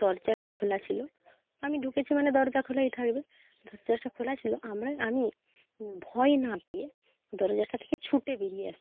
দরজাটা খোলা ছিলো আমি ঢুকেছি মানে দরজা খোলাই থাকবে দরজাটা খোলা ছিলো আমরা আমি ভয় না পেয়ে দরজাটা থেকে ছুট্টে বেড়িয়ে আসি